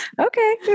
okay